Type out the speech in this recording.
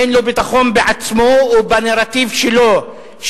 אין לו ביטחון בעצמו ובנרטיב שלו.